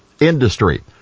Industry